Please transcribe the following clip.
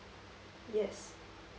yes